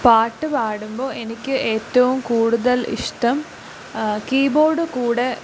പാട്ട് പാടുമ്പോൾ എനിക്ക് ഏറ്റവും കൂടുതൽ ഇഷ്ടം കീബോർഡ് കൂടെ